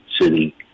city